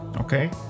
okay